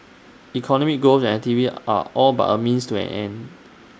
economic growth and T V are all but A means to an end